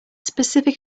specific